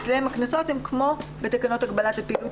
אצלן ההכנסות הן כמו בתקנות הגבלת הפעילות,